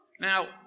Now